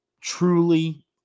truly